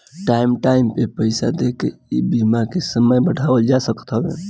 time time पे पईसा देके इ बीमा के समय बढ़ावल जा सकत हवे